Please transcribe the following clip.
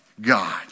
God